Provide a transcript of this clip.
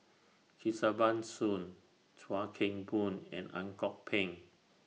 Kesavan Soon Chuan Keng Boon and Ang Kok Peng